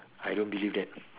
I don't believe that